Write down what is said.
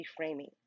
reframing